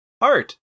art